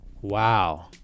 Wow